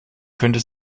könnte